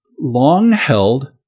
long-held